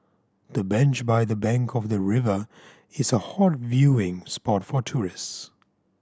the bench by the bank of the river is a hot viewing spot for tourist